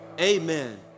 amen